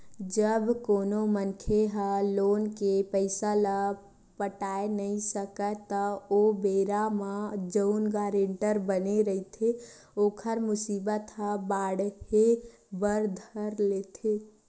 जब कोनो मनखे ह लोन के पइसा ल पटाय नइ सकय त ओ बेरा म जउन गारेंटर बने रहिथे ओखर मुसीबत ह बाड़हे बर धर लेथे